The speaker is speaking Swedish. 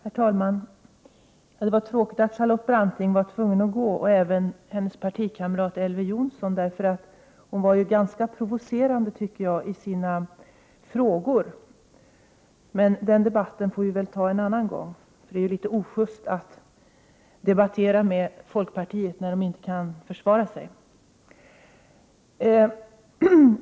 Herr talman! Det var tråkigt att Charlotte Branting och även hennes partikamrat Elver Jonsson var tvungna att gå. Charlotte Branting var ju ganska provocerande, tycker jag, i sina frågor. Den debatten får vi väl emellertid ta en annan gång. Det är litet ojust att debattera med folkpartiet när det inte kan försvara sig.